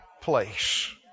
place